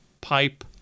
pipe